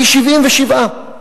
פי-שבעים-ושבעה.